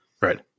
right